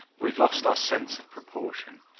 we've lost our sense of proportion.